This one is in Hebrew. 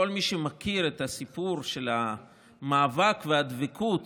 כל מי שמכיר את הסיפור של המאבק והדבקות